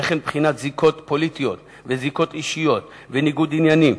וכן בחינת זיקות פוליטיות וזיקות אישיות וניגוד עניינים,